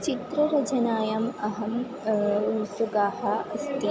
चित्ररचनायाम् अहम् उत्सुकाः अस्ति